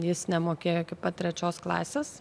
jis nemokėjo iki pat trečios klasės